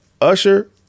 Usher